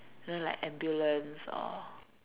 you know like ambulance or